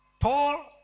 Paul